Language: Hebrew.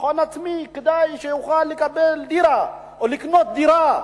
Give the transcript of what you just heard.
הון עצמי כדי שיוכל לקבל דירה או לקנות דירה.